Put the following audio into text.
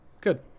good